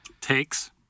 Takes